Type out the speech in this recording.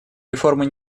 реформы